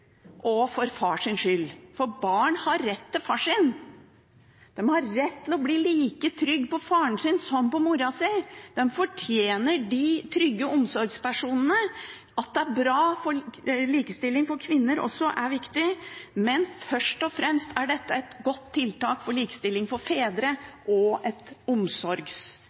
og fremst for barnas skyld og for fars skyld, for barn har rett til faren sin. De har rett til å bli like trygge på faren sin som på moren sin. De fortjener de trygge omsorgspersonene. At det er bra for likestillingen av kvinner, er også viktig, men dette er først og fremst et godt tiltak for likestilling av fedre og